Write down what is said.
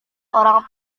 orang